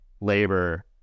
Labor